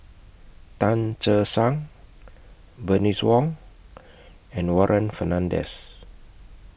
Tan Che Sang Bernice Wong and Warren Fernandez